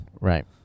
Right